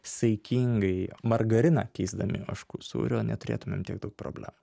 saikingai margariną keisdami ožkų sūriu neturėtumėm tiek daug problemų